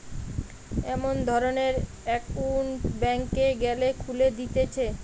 এমন ধরণের একউন্ট ব্যাংকে গ্যালে খুলে দিতেছে